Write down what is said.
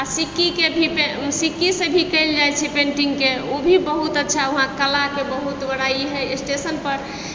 आओर सिक्कीके भी सिक्कीसे भी कयल जाइत छै पेन्टिङ्गके ओहो भी बहुत अच्छा उहाँ कलाके बहुत बड़ा ई हय स्टेशनपर